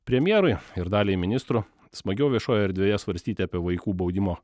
premjerui ir daliai ministrų smagiau viešoje erdvėje svarstyti apie vaikų baudimo